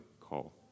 call